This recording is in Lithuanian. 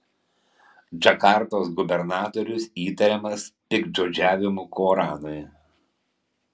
džakartos gubernatorius įtariamas piktžodžiavimu koranui